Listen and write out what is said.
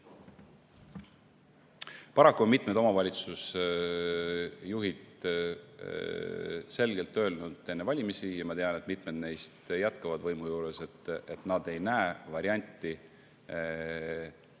paraku mitmed omavalitsusjuhid ütlesid selgelt enne valimisi – ja ma tean, et mitmed neist jätkavad võimu juures –, et nad ei näe varianti,